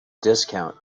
discount